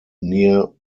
near